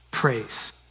Praise